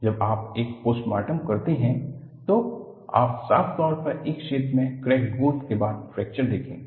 जब आप एक पोस्टमॉर्टम करते हैं तो आप साफ तौर पर एक क्षेत्र में क्रैक ग्रोथ के बाद फ्रैक्चर देखेंगे